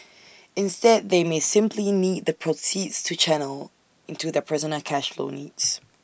instead they may simply need the proceeds to channel into their personal cash flow needs